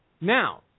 Now